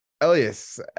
elias